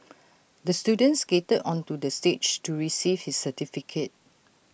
the student skated onto the stage to receive his certificate